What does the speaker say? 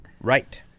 Right